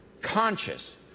conscious